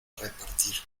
repartir